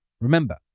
Remember